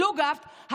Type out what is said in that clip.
ולקלוגהפט,